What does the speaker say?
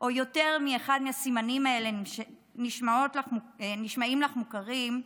או יותר מהסימנים נשמעים לך מוכרים,